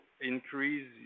increase